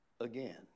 again